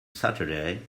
saturday